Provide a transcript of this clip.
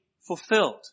fulfilled